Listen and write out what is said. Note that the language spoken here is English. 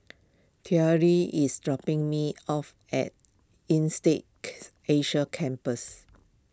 Terri is dropping me off at Insead Asia Campus